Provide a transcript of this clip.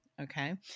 okay